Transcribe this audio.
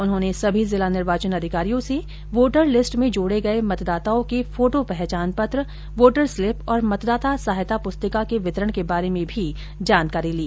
उन्होंने सभी जिला निर्वाचन अधिकारियों से वोटर लिस्ट में जोड़े गए मतदाताओं के फोटो पहचान पत्र वोटर स्लिप और मतदाता सहायता पुस्तिका के वितरण के बारे में भी जानकारी ली